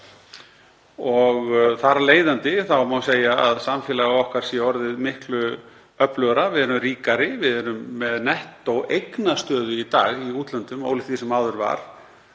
Þar af leiðandi má segja að samfélag okkar sé orðið miklu öflugra. Við erum ríkari. Við erum með nettó eignastöðu í dag í útlöndum, ólíkt því sem áður var.